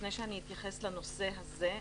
לפני שאני אתייחס לנושא הזה,